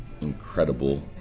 incredible